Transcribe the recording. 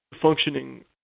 functioning